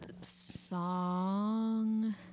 song